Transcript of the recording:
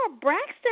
Braxton